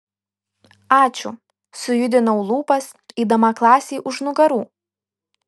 ačiū sujudinau lūpas eidama klasei už nugarų